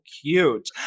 cute